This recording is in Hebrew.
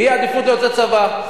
תהיה עדיפות ליוצאי צבא.